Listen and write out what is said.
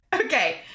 okay